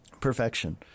perfection